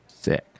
Sick